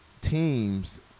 teams –